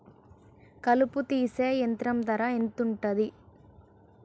కలుపు తీసే యంత్రం ధర ఎంతుటది?